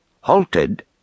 Halted